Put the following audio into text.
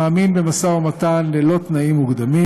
הוא מאמין במשא-ומתן ללא תנאים מוקדמים.